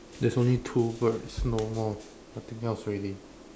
there's only two birds no more nothing else already